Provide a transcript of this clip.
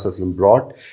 brought